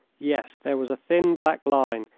yes, there was a thin black line,